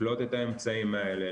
לקלוט את האמצעים האלה,